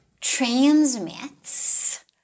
transmits